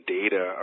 data